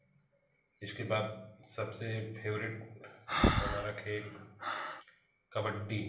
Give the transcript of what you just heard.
इसके बाद सबसे फेवरेट हमारा खेल कबड्डी